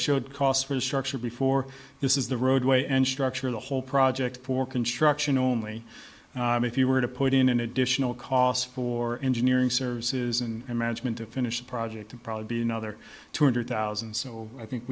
showed costs for structure before this is the roadway and structure the whole project for construction only if you were to put in an additional cost for engineering services and management to finish the project to probably be another two hundred thousand so i think